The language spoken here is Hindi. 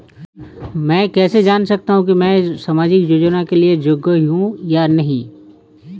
मैं कैसे जान सकता हूँ कि मैं सामाजिक योजना के लिए योग्य हूँ या नहीं?